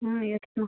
ம் yes ma'am